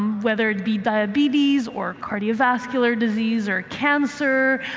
whether it be diabetes or cardiovascular disease or cancer.